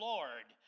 Lord